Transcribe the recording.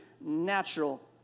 natural